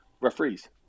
referees